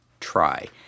try